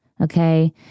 Okay